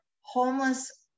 homeless